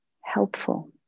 helpful